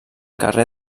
carrer